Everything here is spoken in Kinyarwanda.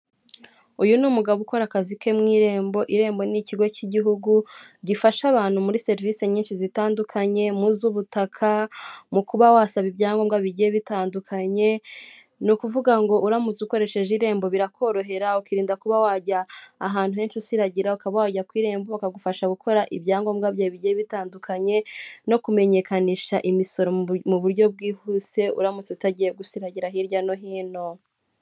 Uyu ni umugabo ukora akazi ke mu irembo. Irembo ni ikigo cy'igihugu gifasha abantu muri serivise nyinshi zitandukanye mu z'ubutaka, mu kuba wasaba ibyangombwa bigiye bitandukanye, ni ukuvuga ngo uramutse ukoresheje irembo birakorohera ukirinda kuba wajya ahantu henshi usiragira, ukaba wajya ku irembo bakagufasha gukora ibyangombwa byawe bigiye bitandukanye no kumenyekanisha imisoro mu buryo bwihuse, uramutse utagiye gusiragira hirya no hino.